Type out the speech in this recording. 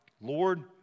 Lord